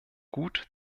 gut